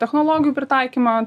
technologijų pritaikymą